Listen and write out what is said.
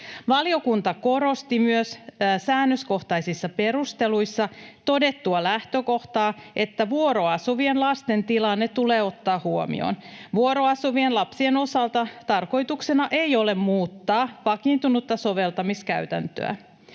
Valiokunta korosti myös säännöskohtaisissa perusteluissa todettua lähtökohtaa, että vuoroasuvien lasten tilanne tulee ottaa huomioon. Vuoroasuvien lapsien osalta tarkoituksena ei ole muuttaa vakiintunutta soveltamiskäytäntöä.